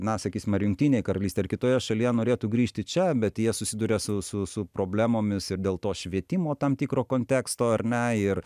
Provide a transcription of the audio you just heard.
na sakysim ar jungtinėj karalystėj ar kitoje šalyje norėtų grįžti čia bet jie susiduria su su su problemomis ir dėl to švietimo tam tikro konteksto ar ne ir